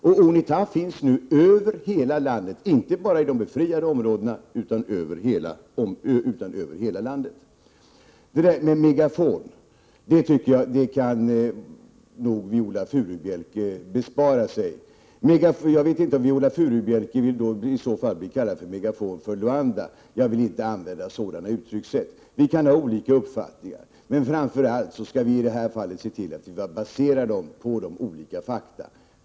Och UNITA finns nu över hela landet och inte bara i de befriade områdena. Viola Furubjelke upprepade uttalandet från förra året om en megafon. Det kunde hon ha besparat sig. Jag vet inte om Viola Furubjelke i så fall vill bli kallad för en megafon för Luanda. Jag vill inte använda sådana uttryck. Vi kan ha olika uppfattningar, men framför allt skall vi se till att vi baserar dem på fakta.